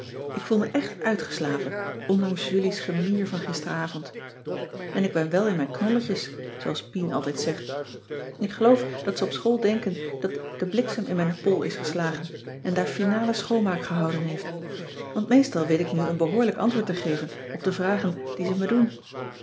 ik voel me echt uitgeslapen ondanks julie's gemier van gisteravond en ik ben wel in mijn knolletjes zooals pien altijd zegt ik geloof dat ze op school denken dat de bliksem in mijn bol is geslagen en daar finale schoonmaak gehouden heeft want meestal weet ik nu een behoorlijk antwoord te geven op de vragen die ze me doen